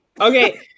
Okay